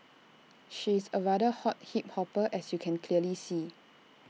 she's A rather hot hip hopper as you can clearly see